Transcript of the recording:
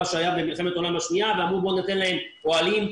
שהיה במלחמת העולם השנייה ואמרו שניתן להם אוהלים,